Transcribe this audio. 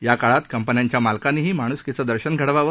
या काळात कंपन्यांच्या मालकांनीही माणुसकीचं दर्शन घडवावं